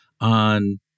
on